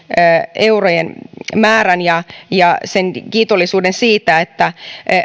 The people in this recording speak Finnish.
eurojen määrän ja ja sen kiitollisuuden siitä että